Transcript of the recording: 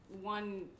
one